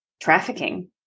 trafficking